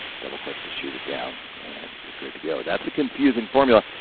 double click to shoot it down and you're good to go. that's a confusing formula,